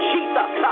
Jesus